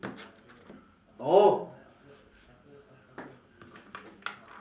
oh